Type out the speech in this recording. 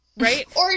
right